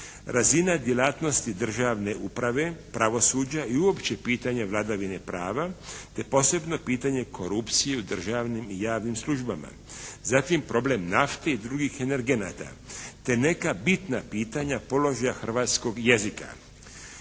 razina djelatnosti državne uprave, pravosuđa i uopće pitanja vladavine prava te posebno pitanje korupcije u državnim i javnim službama, zatim problem nafte i drugih energenta te neka bitna pitanja položaja hrvatskog jezika.